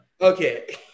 Okay